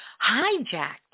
hijacked